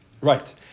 Right